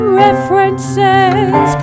references